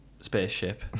spaceship